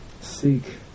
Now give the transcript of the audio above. seek